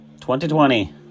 2020